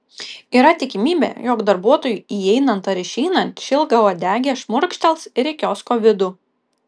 yra tikimybė jog darbuotojui įeinant ar išeinant ši ilgauodegė šmurkštels ir į kiosko vidų